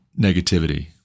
negativity